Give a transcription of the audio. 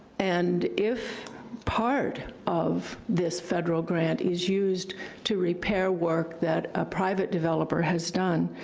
and if part of this federal grant is used to repair work that a private developer has done,